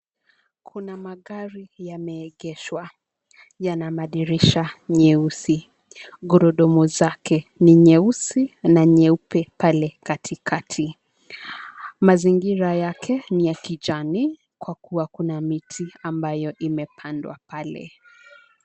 Kuna magari yameegeshwa. Yana madirisha nyeusi. Gurudumu zake ni nyeusi na nyeupe pale kati kati. Mazingira yake ni ya kijani kwa kuwa kuna miti ambayo imepandwa pale.